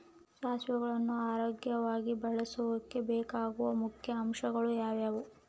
ಸಸಿಗಳನ್ನು ಆರೋಗ್ಯವಾಗಿ ಬೆಳಸೊಕೆ ಬೇಕಾಗುವ ಮುಖ್ಯ ಅಂಶಗಳು ಯಾವವು?